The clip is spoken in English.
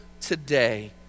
today